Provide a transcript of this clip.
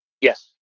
yes